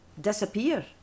disappear